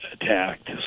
attacked